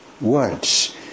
words